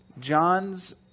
John's